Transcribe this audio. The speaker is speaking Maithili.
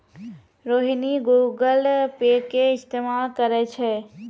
रोहिणी गूगल पे के इस्तेमाल करै छै